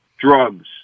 drugs